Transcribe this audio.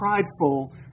prideful